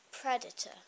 predator